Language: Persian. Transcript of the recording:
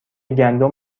گندم